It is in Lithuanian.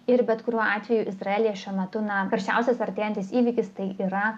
ir bet kuriuo atveju izraelyje šiuo metu na karščiausias artėjantis įvykis tai yra